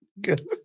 good